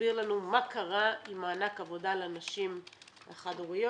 תסביר לנו מה קרה עם מענק עבודה לנשים החד הוריות.